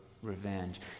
Revenge